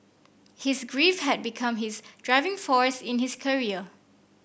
his grief had become his driving force in his career